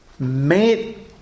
made